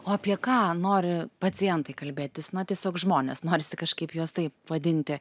o apie ką nori pacientai kalbėtis na tiesiog žmonės norisi kažkaip juos taip vadinti